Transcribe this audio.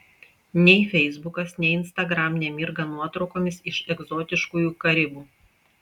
nei feisbukas nei instagram nemirga nuotraukomis iš egzotiškųjų karibų